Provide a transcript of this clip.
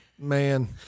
Man